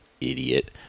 idiot